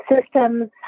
systems